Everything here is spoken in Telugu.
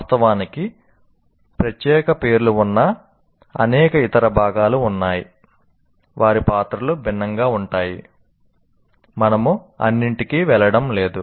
వాస్తవానికి ప్రత్యేక పేర్లు ఉన్న అనేక ఇతర భాగాలు ఉన్నాయి వారి పాత్రలు భిన్నంగా ఉంటాయి మనము అన్నింటికీ వెళ్ళడం లేదు